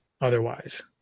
otherwise